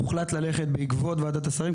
הוחלט ללכת בעקבות ועדת השרים.